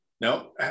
No